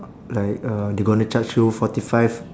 like uh they gonna charge you forty five